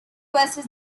versus